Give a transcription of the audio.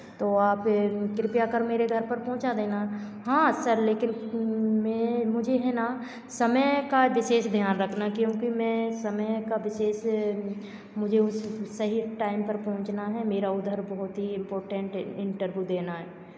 तो आप कृपया कर मेरे घर पर पहुँचा देना हाँ सर लेकिन मैं मुझे है ना समय का विशेष ध्यान रखना क्योंकि मैं समय का विशेष मुझे उस सही टाइम पर पहुंचना है मेरा उधर बहुत ही इम्पोर्टेन्ट इंटरव्यू देना है